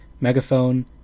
Megaphone